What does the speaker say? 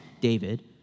David